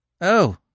Oh